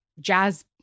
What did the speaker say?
jazz